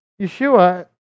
Yeshua